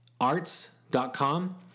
arts.com